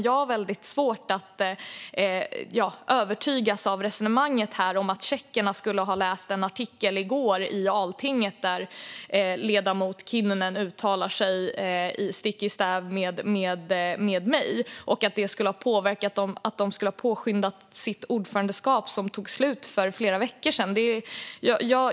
Jag har väldigt svårt att övertygas av resonemanget här om att tjeckerna skulle ha läst en artikel i går i Altinget där ledamoten Kinnunen uttalar sig stick i stäv med mig och att det skulle ha påverkat dem så att de påskyndade sitt ordförandeskap. Det tog ju slut för flera veckor sedan.